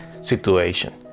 situation